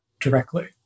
directly